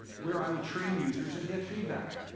where i would train users and get feedback.